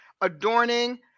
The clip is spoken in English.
adorning